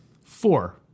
Four